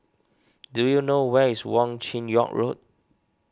do you know where is Wong Chin Yoke Road